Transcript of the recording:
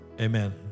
Amen